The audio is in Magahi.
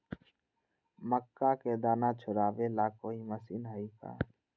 मक्का के दाना छुराबे ला कोई मशीन हई का?